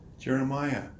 Jeremiah